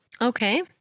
Okay